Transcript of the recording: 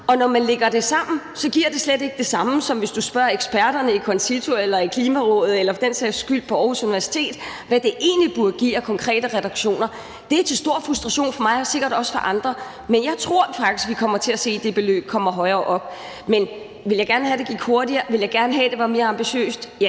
og når man lægger det sammen, giver det slet ikke det, som eksperterne i CONCITO eller i Klimarådet eller for den sags skyld på Aarhus Universitet siger, hvad det egentlig burde give af konkrete reduktioner. Det er til stor frustration for mig og sikkert også for andre, men jeg tror faktisk, vi kommer til at se det tal komme højere op. Men i forhold til om jeg gerne ville have, at det gik hurtigere, og om jeg gerne ville have, at det var mere ambitiøst, vil